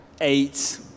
Eight